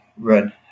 run